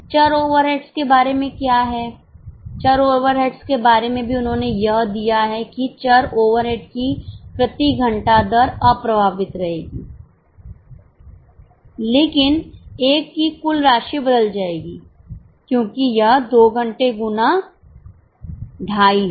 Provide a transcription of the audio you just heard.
चर ओवरहेड्स के बारे में क्या है चर ओवरहेड्स के बारे में भी उन्होंने यह दिया है कि चर ओवरहेड की प्रति घंटा दर अप्रभावित रहेगी लेकिन एक की कुल राशि बदल जाएगी क्योंकि यह 2 घंटे गुना 25 है